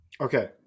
Okay